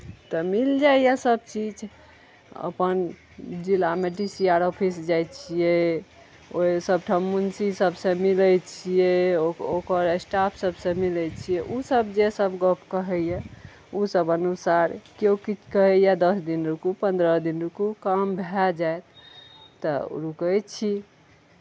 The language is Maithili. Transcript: तऽ मिल जाइए सभचीज अपन जिलामे डी सी आर ऑफिस जाइ छियै ओहि सभ ठाम मुंशी सभसँ मिलै छियै ओ ओकर स्टाफ सभसँ मिलै छियै ओसभ जेसभ गप्प कहैए ओसभ अनुसार किओ किछु कहैए दस दिन रुकू पन्द्रह दिन रुकू काम भए जायत तऽ रुकै छी